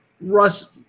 Russ